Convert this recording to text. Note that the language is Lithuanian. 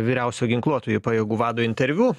vyriausio ginkluotųjų pajėgų vado interviu